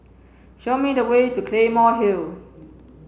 show me the way to Claymore Hill